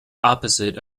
opposite